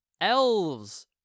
elves